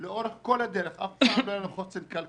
סוף כל סוף יהיה אפשר גם לעשות משהו שיביא תוצאות.